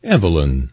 Evelyn